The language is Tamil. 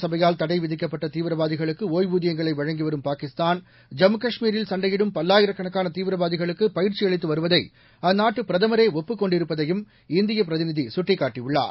சபையால் தடை விதிக்கப்பட்ட தீவிரவாதிகளுக்கு ஓய்வூதியங்களை வழங்கி வரும் பாகிஸ்தான் ஜம்மு காஷ்மீரில் சண்டையிடும் பல்லாயிரக்கணக்கான தீவிர்வாதிகளுக்கு பயிற்சி அளித்து வருவதை அந்நாட்டு பிரதமரே ஒப்புக் கொண்டிருப்பதையும் இந்திய பிரதிநிதி சுட்டிக்காட்டியுள்ளார்